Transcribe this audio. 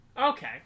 Okay